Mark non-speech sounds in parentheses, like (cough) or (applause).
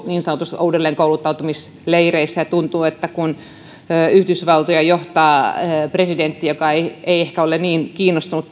(unintelligible) niin sanotuista uudelleenkouluttautumisleireistä ja kun yhdysvaltoja johtaa presidentti joka ei ehkä ole niin kiinnostunut (unintelligible)